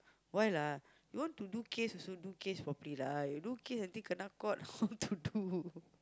why lah you want to do case also do case properly lah you do case until kena caught what to do